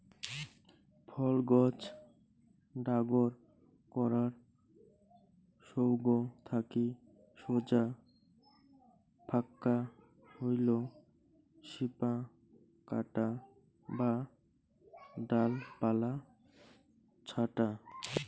ফল গছ ডাগর করার সৌগ থাকি সোজা ভাক্কা হইল শিপা কাটা বা ডালপালা ছাঁটা